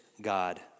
God